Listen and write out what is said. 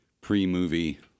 pre-movie